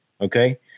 okay